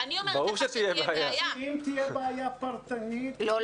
אם תהיה בעיה פרטנית --- ברור שתהיה בעיה.